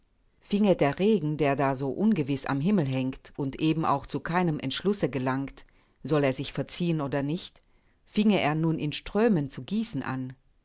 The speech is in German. finge der regen der da so ungewiß am himmel hängt und eben auch zu keinem entschluße gelangt soll er sich verziehen oder nicht finge er nur in strömen zu gießen an